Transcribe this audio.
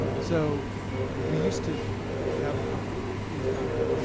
so we used to have a pretty good news diet of, like